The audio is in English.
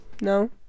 no